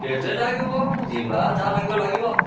କେତେ ଲାଗିବ ଯିବା ଯାହା ଲାଗିବ ଲାଗିବ